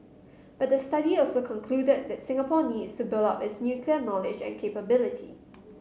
but the study also concluded that Singapore needs to build up its nuclear knowledge and capability